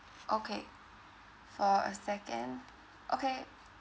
okay for a second okay